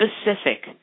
specific